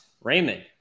Raymond